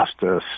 justice